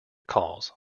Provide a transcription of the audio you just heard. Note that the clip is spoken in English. calls